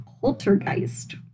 Poltergeist